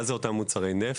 מהם אותם מוצרי נפט?